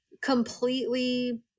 completely